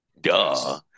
Duh